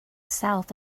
south